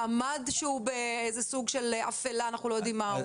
מעמד שהוא באיזה סוג של אפלה שאנחנו לא יודעים מה הוא.